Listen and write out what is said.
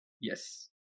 yes